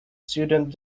student